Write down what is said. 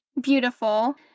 beautiful